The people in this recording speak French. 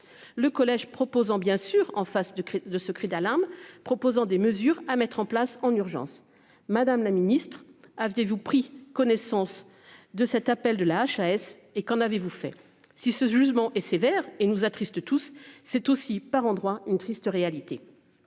Le collège proposant bien sûr en face de, de ce cri d'alarme proposant des mesures à mettre en place en urgence, madame la Ministre, avez-vous pris connaissance de cet appel de la HAS et qu'en avez-vous fait. Si ce jugement est sévère et nous attriste tous c'est aussi par endroit une triste réalité.